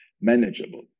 manageable